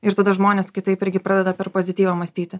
ir tada žmonės kitaip irgi pradeda per pozityvą mąstyti